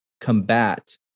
combat